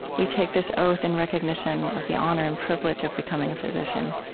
we take this oath in recognition of the honor and privilege of becoming a physician.